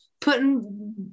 putting